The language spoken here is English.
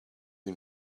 you